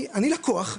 אני לקוח.